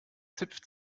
zipft